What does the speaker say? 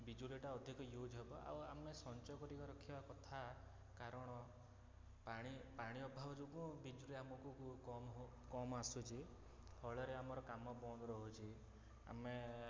ବିଜୁଳିଟା ଅଧିକ ୟୁଜ୍ ହେବ ଆଉ ଆମେ ସଞ୍ଚୟ କରିବା ରଖିବା କଥା କାରଣ ପାଣି ପାଣି ଅଭାବ ଯୋଗୁଁ ବିଜୁଳି ଆମକୁ ବହୁ କମ ହଉ କମ ଆସୁଛି ଫଳରେ ଆମର କାମ ବନ୍ଦ ରହୁଛି ଆମେ